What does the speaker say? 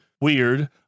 weird